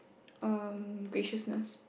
um graciousness